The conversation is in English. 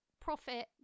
profit